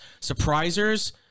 Surprisers